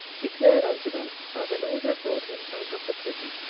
declared unto them how the lord had brought him out of the prison.